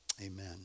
Amen